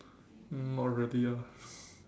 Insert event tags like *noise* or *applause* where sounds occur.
um not really ah *breath*